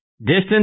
DISTANCE